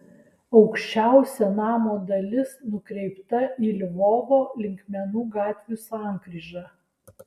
aukščiausia namo dalis nukreipta į lvovo linkmenų gatvių sankryžą